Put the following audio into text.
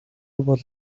бол